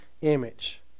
image